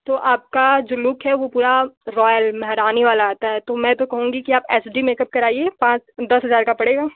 तो आपका जो लुक है वो पूरा रॉयल महारानी वाला आता है तो मैं तो कहूँगी कि आप एच डी मेकअप कराइए पाँच दस हजार का पड़ेगा